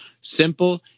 Simple